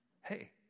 hey